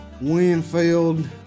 Winfield